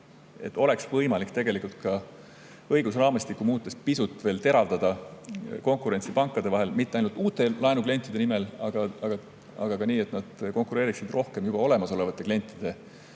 oleks võimalik õigusraamistikku muutes pisut veel teravdada konkurentsi pankade vahel, mitte ainult uute laenuklientide nimel, aga ka nii, et nad konkureeriksid rohkem juba olemasolevate klientide hoidmise